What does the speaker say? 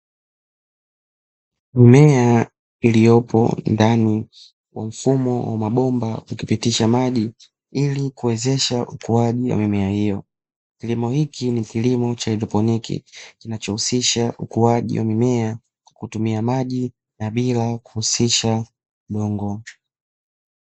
Mimea iliopo ndani ya mfumo wa mabomba ukipitisha maji ili kuwezesha ukuaji wa mimea hiyo. Kilimo hiki ni kilimo cha haidroponiki kinachohusisha ukuaji wa mimea kwa kutumia maji na bila kuhusisha udongo.